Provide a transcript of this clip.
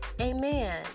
amen